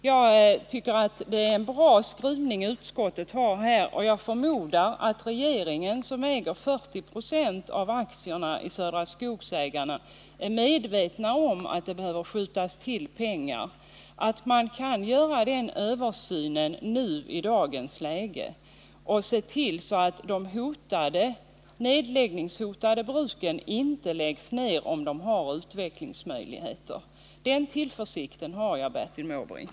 Jag tycker att utskottets skrivning är bra på denna punkt. Jag förmodar att regeringen, som äger 40 96 av aktierna i Södra Skogsägarna. är medveten om att det behöver tillskjutas pengar så att översynen kan göras nu och att man ser till att de nedläggningshotade bruken inte läggs ned om de har utvecklingsmöjligheter. Den tillförsikten har jag. Bertil Måbrink.